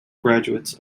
graduates